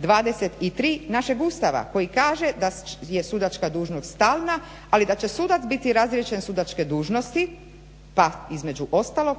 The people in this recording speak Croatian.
123.našeg Ustava koji kaže da je sudačka dužnost stalna ali da će sudac biti razriješen sudačke dužnosti pa između ostalog